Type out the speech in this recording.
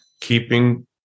keeping